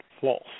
false